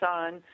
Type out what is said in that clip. on